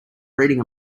reading